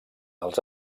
els